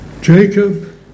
Jacob